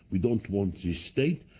we don't want this state,